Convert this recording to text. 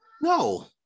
No